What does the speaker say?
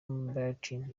bertin